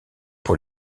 pour